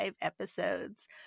episodes